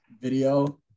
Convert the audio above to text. video